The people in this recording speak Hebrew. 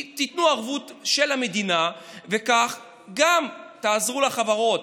תיתנו ערבות של המדינה וכך גם תעזרו לחברות